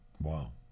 Wow